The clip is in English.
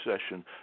session